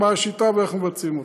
מה השיטה ואיך מיישמים אותה.